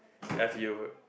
as you